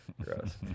Gross